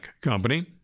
Company